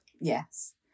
Yes